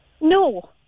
No